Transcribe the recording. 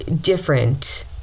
different